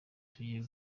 tugiye